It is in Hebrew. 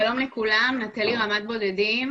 מרמ"ד בודדים.